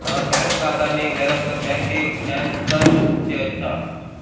నా బ్యాంక్ ఖాతాని వేరొక బ్యాంక్కి ట్రాన్స్ఫర్ చేయొచ్చా?